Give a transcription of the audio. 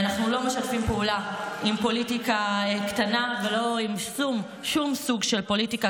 אנו לא משתפים פעולה עם פוליטיקה קטנה ולא עם שום סוג של פוליטיקה